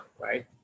right